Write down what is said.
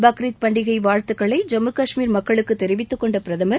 பக்ரித் பண்டிகை வாழ்த்துக்களை ஜம்மு காஷ்மீர் மக்களுக்கு தெரிவித்துக்கொண்ட பிரதமர்